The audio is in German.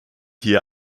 hier